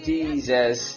Jesus